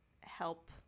help